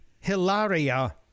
Hilaria